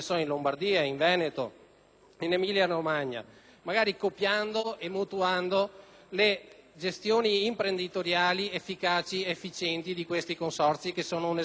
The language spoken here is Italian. in Emilia Romagna, magari copiando e mutuando le gestioni imprenditoriali efficaci ed efficienti dei nostri consorzi, che rappresentano un esempio per tutta l'Italia.